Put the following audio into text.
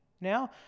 now